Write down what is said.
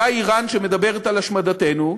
אותה איראן שמדברת על השמדתנו,